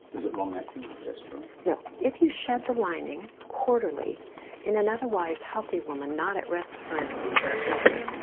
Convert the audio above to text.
is it long acting progesterone? no, if you shed the lining quarterly in an otherwise healthy woman not at risk for endometrial cancer,